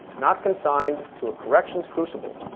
not consigned to a corrections crucible.